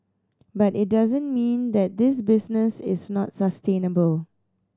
but it doesn't mean that this business is not sustainable